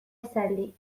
esaldi